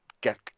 get